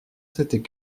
s’était